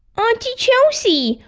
auntie chelsea,